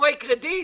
סיפורי קרדיט?